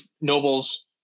nobles